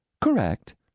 Correct